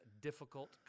difficult